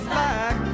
back